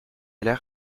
l’air